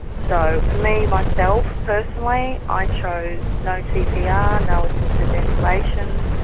so, for me, myself, personally, i chose no cpr, no assisted ventilation,